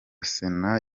sena